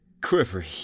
quivery